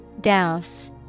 Douse